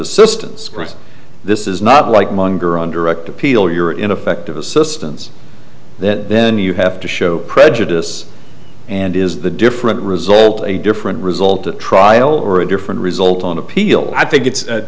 assistance this is not like monger on direct appeal your ineffective assistance that then you have to show prejudice and is the different result a different result at trial or a different result on appeal i think it's